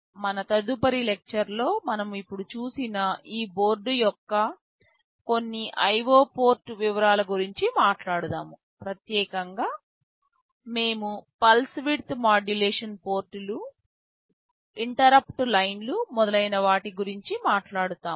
మన తదుపరి లెక్చర్ లో మనం ఇప్పుడు చూసిన ఈ బోర్డు యొక్క కొన్ని IO పోర్ట్ వివరాల గురించి మాట్లాడుతాము ప్రత్యేకంగా మేము పల్స్ విడ్త్ మాడ్యులేషన్ పోర్టులు ఇంటరుప్పుట్ లైన్లు మొదలైన వాటి గురించి మాట్లాడుతాము